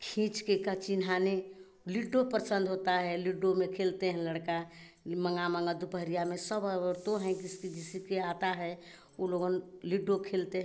खींच कर का चिन्हानी लिडो पसंद होता है लिडो में खेलते हैं लड़का मँगा मँगा दोपहर में सब औरतों हैं जिसके जिसके आता है वह लोग लिडो खेलते हैं